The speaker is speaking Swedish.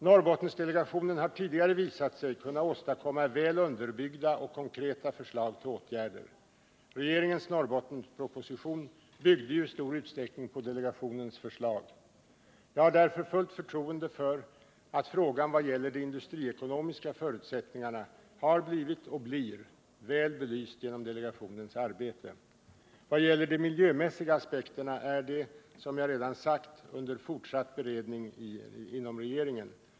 Norrbottendelegationen har tidigare visat sig kunna åstadkomma väl underbyggda och konkreta förslag till åtgärder. Regeringens Norrbottensproposition byggde ju i stor utsträckning på delegationens förslag. Jag har därför fullt förtroende för att frågan vad gäller de industriekonomiska förutsättningarna har blivit och blir väl belyst genom delegationens arbete. Vad gäller de miljömässiga aspekterna är de, som jag redan sagt, under fortsatt beredning inom regeringen.